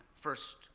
first